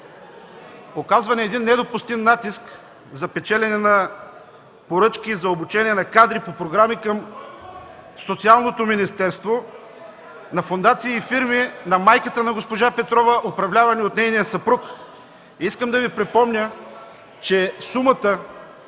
оказва един недопустим натиск за печелене на поръчки за обучение на кадри по програми към Социалното министерство на фондации и фирми на майката на госпожа Петрова, управлявани от нейния съпруг. Искам да Ви припомня, че сумата